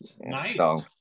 Nice